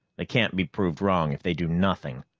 they can't be proved wrong if they do nothing.